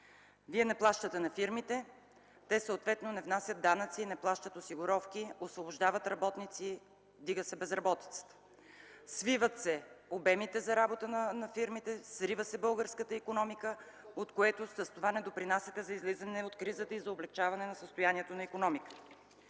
Вие не плащате на фирмите, те съответно не внасят данъци и не плащат осигуровки, освобождават работници, вдига се безработицата, свиват се обемите за работа на фирмите, срива се българската икономика, от което с това не допринасяте за излизане от кризата и за облекчаване на състоянието на икономиката.